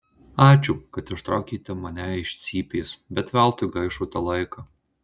ačiū kad ištraukėte mane iš cypės bet veltui gaišote laiką